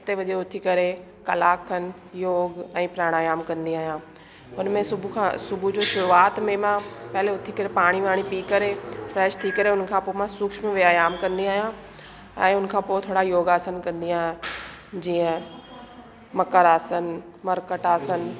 सते वजे उथी करे कलाकु खनि योग ऐं प्राणायाम कंदी आहियां उनमें सुबुहु खां सुबुहु जो शुरुआत में मां पहिले उथी करे पाणी वाणी पी करे फ्रेश थी करे पोइ मां सूक्ष्म व्यायामु कंदी आहियां ऐं उनखां पोइ थोरा योग आसन कंदी आहियां जीअं मकर आसन मर्कट आसन